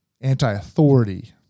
anti-authority